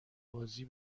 بازی